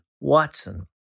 Watson